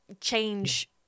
change